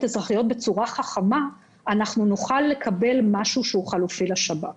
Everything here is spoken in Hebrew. אזרחיות בצורה חכמה אנחנו נוכל לקבל משהו שהוא חלופי לשב"כ.